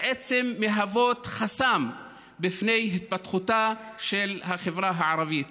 ובעצם מהוות חסם בפני התפתחותה של החברה הערבית.